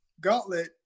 gauntlet